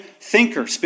thinker